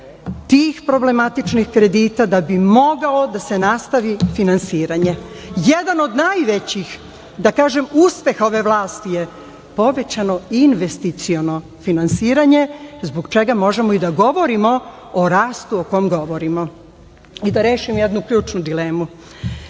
tih problematičnih kredita da bi moglo da se nastavi finansiranje. Jedan od najvećih, da kažem, uspeha ove vlasti je povećano investiciono finansiranje, zbog čega možemo i da govorimo o rastu o kom govorimo.I da rešim jednu ključnu dilemu.